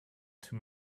too